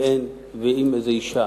ואם איזו אשה